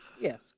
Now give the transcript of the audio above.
Yes